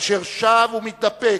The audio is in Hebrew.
אשר שב ומתדפק,